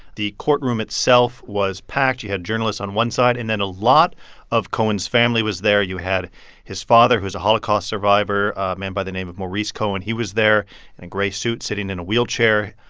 the courtroom itself was packed. you had journalists on one side and then a lot of cohen's family was there. you had his father, who is a holocaust survivor, a man by the name of maurice cohen. he was there in a gray suit, sitting in a wheelchair.